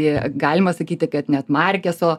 e galima sakyti kad net markeso